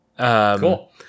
Cool